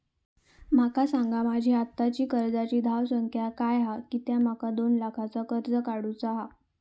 माका सांगा माझी आत्ताची कर्जाची धावसंख्या काय हा कित्या माका दोन लाखाचा कर्ज काढू चा हा?